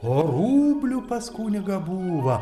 o rublių pas kunigą būva